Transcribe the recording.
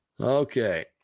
Okay